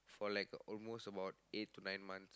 for like almost about eight to nine months